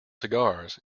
cigars